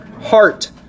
Heart